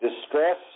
distress